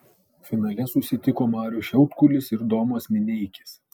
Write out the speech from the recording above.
finale susitiko marius šiaudkulis ir domas mineikis